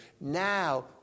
now